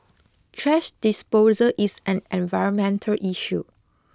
thrash disposal is an environmental issue